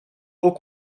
haut